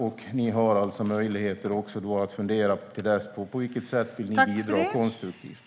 Till dess har ni också möjlighet att fundera på hur ni vill bidra konstruktivt.